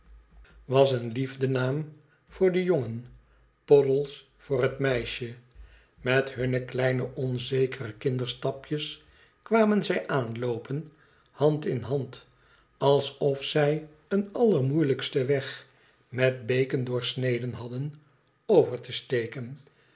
was een liefdenaam voor den jongen poddles voor het meisje met hunne kleine onzekere kinderstapjes kwamen zij aanloopen hand in hand alsof zij een allermoeilijksten weg met beken doorsneden hadden over te steken